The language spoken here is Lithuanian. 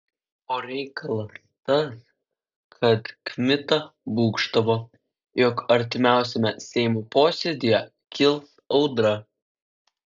o reikalas tas kad kmita būgštavo jog artimiausiame seimo posėdyje kils audra